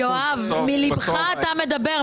יואב, מלבך אתה מדבר.